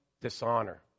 dishonor